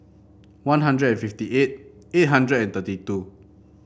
One Hundred fifty eight eight hundred thirty two